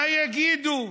מה יגידו,